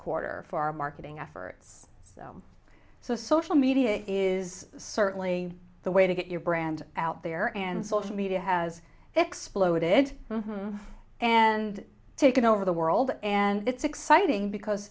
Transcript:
quarter for our marketing efforts so so social media is certainly the way to get your brand out there and social media has exploded and taken over the world and it's exciting because